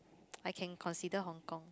I can consider Hong-Kong